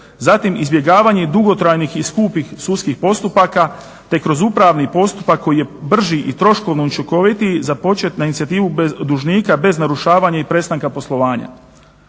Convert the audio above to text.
Zatim, izbjegavanje dugotrajnih i skupih sudskih postupaka te kroz upravni postupak koji je brži i troškovno učinkovitiji započet na inicijativu dužnika bez narušavanja i prestanka poslovanja.